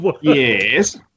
Yes